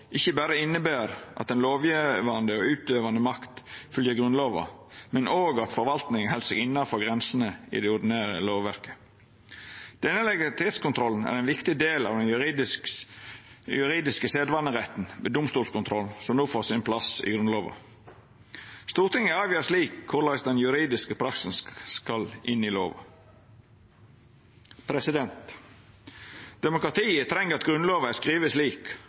ikkje berre inneber at den lovgjevande og utøvande makt fylgjer Grunnlova, men òg at forvaltinga held seg innanfor grensene i det ordinære lovverket. Denne legalitetskontrollen er ein viktig del av den juridiske sedvaneretten ved domstolskontrollen, som no får sin plass i Grunnlova. Stortinget avgjer slik korleis den juridiske praksis skal inn i lova. Demokratiet treng at Grunnlova er skriven slik